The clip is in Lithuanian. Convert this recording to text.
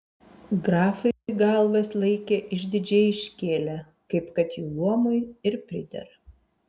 grafai galvas laikė išdidžiai iškėlę kaip kad jų luomui ir pridera